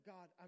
God